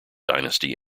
dynasty